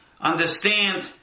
Understand